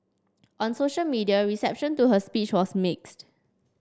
on social media reception to her speech was mixed